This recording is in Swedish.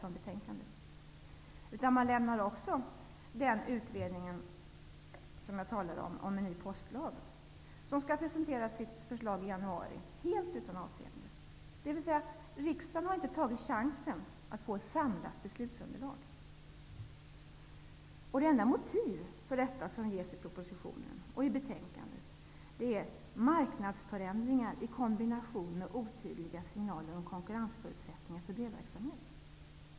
Förslaget innebär också att man lämnar helt utan avseende den utredning om en ny postlag som skall presentera sina förslag i januari. Riksdagen tar inte chansen att få ett samlat beslutsunderlag. Det enda motiv som ges i propositionen och i betänkandet är ''marknadsförändringar i kombination med otydliga signaler om konkurrensförutsättningar för brevverksamhet''.